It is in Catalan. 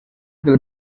del